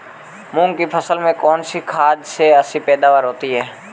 मूंग की फसल में कौनसी खाद से अच्छी पैदावार मिलती है?